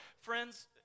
Friends